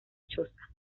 choza